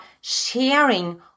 sharing